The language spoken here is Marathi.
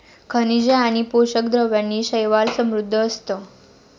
खनिजे आणि पोषक द्रव्यांनी शैवाल समृद्ध असतं